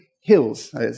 Hills